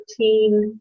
13